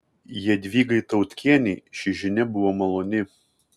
jadvygai tautkienei ši žinia buvo maloni